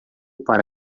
para